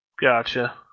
Gotcha